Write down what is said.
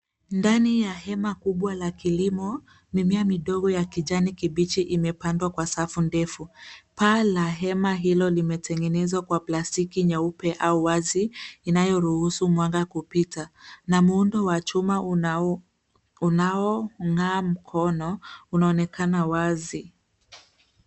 Ndani ya hema kubwa la kilimo, mimea midogo ya kijani kibichi imepandwa kwa safu ndefu. Paa la hema hilo limetengenezwa kwa plastiki nyeupe au wazi inayoruhusu mwanga kupita na muundo wa chuma unaong'aa mkono unaonekana wazi.